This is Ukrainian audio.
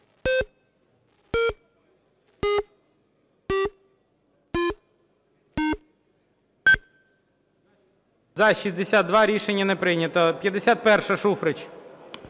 За-62 Рішення не прийнято. 51-а, Шуфрич.